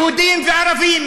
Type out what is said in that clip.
יהודים וערבים,